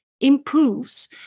improves